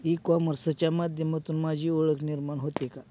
E कॉमर्सच्या माध्यमातून माझी ओळख निर्माण होते का?